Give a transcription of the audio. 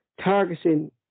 targeting